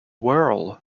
world